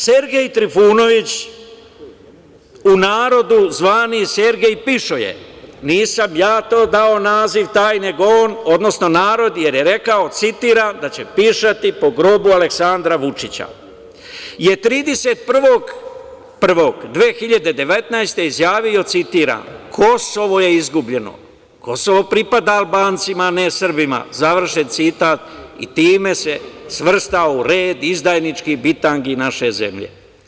Sergej Trifunović, u narodu zvani "Sergej pišoje", nisam ja to dao naziv taj, nego on, odnosno narod je rekao, citiram: "Da će pišati po grobu Aleksandra Vučića", je 31. 1. 2019. godine izjavio, citiram: "Kosovo je izgubljeno, Kosovo pripada Albancima a ne Srbima", završen citat i time se svrstao u red izdajničkih bitangi naše zemlje.